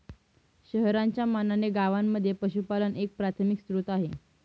शहरांच्या मानाने गावांमध्ये पशुपालन एक प्राथमिक स्त्रोत आहे